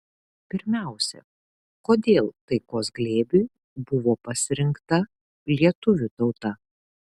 pirmiausia kodėl taikos glėbiui buvo pasirinkta lietuvių tauta